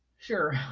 Sure